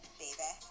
baby